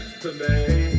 today